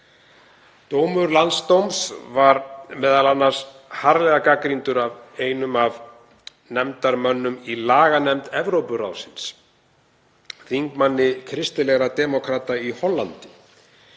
Dómur landsdóms var m.a. harðlega gagnrýndur af einum af nefndarmönnum í laganefnd Evrópuráðsins, þingmanni kristilegra demókrata í Hollandi.